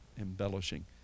embellishing